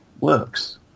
works